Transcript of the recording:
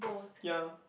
ya